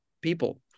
people